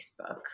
Facebook